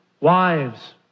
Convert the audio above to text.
wives